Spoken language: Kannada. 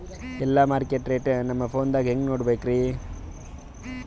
ಎಲ್ಲಾ ಮಾರ್ಕಿಟ ರೇಟ್ ನಮ್ ಫೋನದಾಗ ಹೆಂಗ ನೋಡಕೋಬೇಕ್ರಿ?